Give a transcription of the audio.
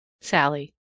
Sally